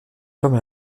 comme